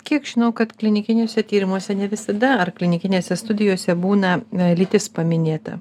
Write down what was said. kiek žinau kad klinikiniuose tyrimuose ne visada ar klinikinėse studijose būna lytis paminėta